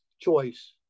choice